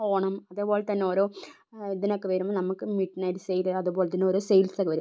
ഓണം അതേപോലെ തന്നെ ഓരോ ഇതിനൊക്കെ വരുമ്പോൾ നമുക്ക് മിഡ്നൈറ്റ് സെയില് അതുപോലെ തന്നെ സെയിൽസൊക്കെ വരും